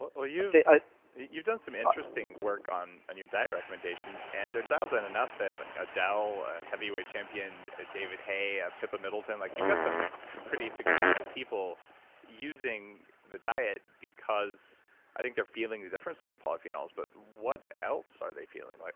ah ah you've done some interesting work on and your diet recommendations and they're dialed in enough that adele, heavy-weight champion david haye, ah pippa middleton, like you've got some some pretty successful people using the diet because i think they're feeling the difference in the polyphenols. but what else are they feeling? like